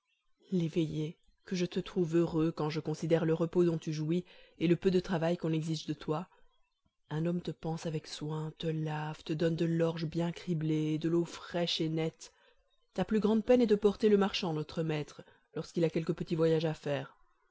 l'éveillé que je te trouve heureux quand je considère le repos dont tu jouis et le peu de travail qu'on exige de toi un homme te panse avec soin te lave te donne de l'orge bien criblée et de l'eau fraîche et nette ta plus grande peine est de porter le marchand notre maître lorsqu'il a quelque petit voyage à faire